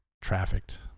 trafficked